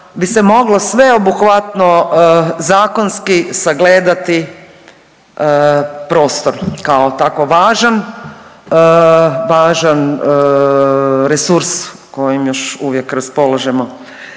bi se moglo sveobuhvatno zakonski sagledati prostor kao tako važan, važan resurs kojim još uvijek raspolažemo.